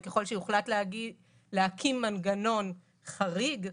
וככל שיוחלט להקים מנגנון חריג,